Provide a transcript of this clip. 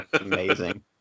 amazing